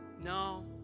No